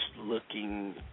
looking